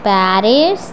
Paris